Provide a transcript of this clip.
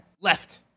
Left